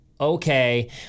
okay